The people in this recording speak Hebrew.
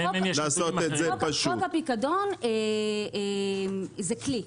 חוק הפיקדון זה כלי,